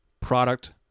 Product